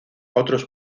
otros